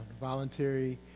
voluntary